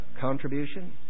contribution